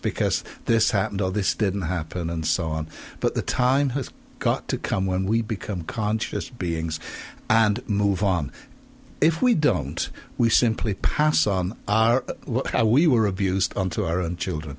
because this happened all this didn't happen and so on but the time has got to come when we become conscious beings and move on if we don't we simply pass on what we were abused on to our own children